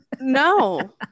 No